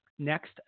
Next